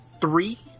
three